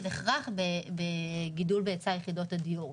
אנחנו במצב של הכרח בגידול בהיצע יחידות הדיור.